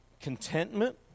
contentment